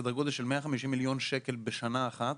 סדר גודל של 150,000,000 שקל בשנה אחת